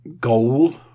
goal